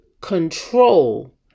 control